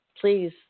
please